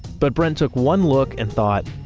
but brent took one look and thought,